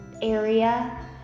area